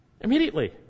Immediately